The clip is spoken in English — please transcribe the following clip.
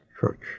church